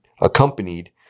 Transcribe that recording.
accompanied